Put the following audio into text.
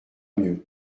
mieux